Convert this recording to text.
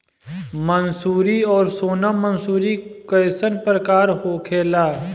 मंसूरी और सोनम मंसूरी कैसन प्रकार होखे ला?